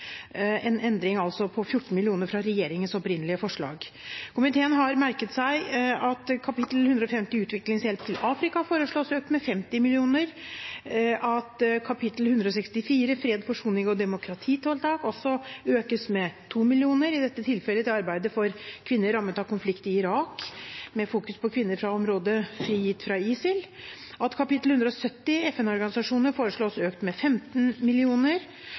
en endring på 14 mill. kr fra regjeringens opprinnelige forslag. Komiteen har merket seg at kap. 150, Utviklingshjelp til Afrika, foreslås økt med 50 mill. kr, at kap. 164, Fred, forsoning og demokratitiltak, økes med 2 mill. kr. – i dette tilfelle til arbeidet for kvinner rammet av konflikt i Irak, med fokus på kvinner fra områder frigjort fra ISIL – at kap. 170, FN-organisasjonar, foreslås økt med 15